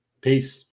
peace